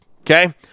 okay